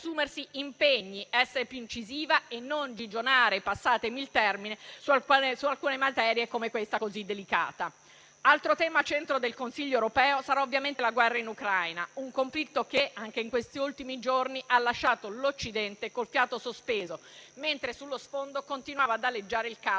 Grazie a tutti